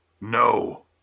No